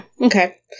Okay